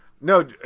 no